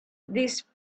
these